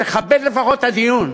תכבד לפחות את הדיון.